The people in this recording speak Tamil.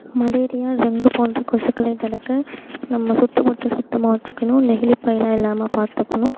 மலேரியா டெங்கு போன்ற கொசுக்களை தடுக்க நம்ம சுற்றுபுறத்த சுத்தமாக வெச்சுக்கணும் நெகிழி பைலாம் இல்லாமல் பார்த்துக்கணும்